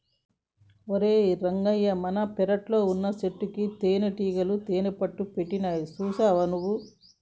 ఓరై రంగ మన పెరట్లో వున్నచెట్టుకి తేనటీగలు తేనెపట్టుని పెట్టినాయి సూసావా నువ్వు